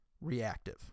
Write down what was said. reactive